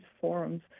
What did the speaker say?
forums